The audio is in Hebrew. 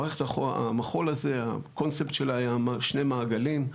מערכת המחו"ל הזו, הקונספט שלה היה שני מעגלים.